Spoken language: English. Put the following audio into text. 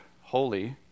holy